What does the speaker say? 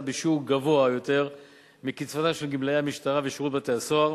בשיעור גבוה יותר מקצבתם של גמלאי המשטרה ושירות בתי-הסוהר,